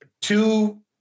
two